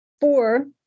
four